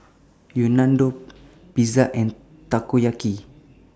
Unadon Pizza and Takoyaki